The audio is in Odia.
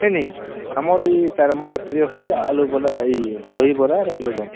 ନେଇଁ ନେଇଁ ଆମର ଇ ତାର ମାଁର ପ୍ରିୟ ହଉଛେ ଆଳୁ ବରା ଏଇ ଦହିବରା ଆରେ ଆଳୁଦମ